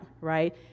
right